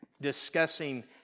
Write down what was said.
discussing